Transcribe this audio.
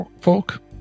folk